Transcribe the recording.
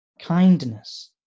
kindness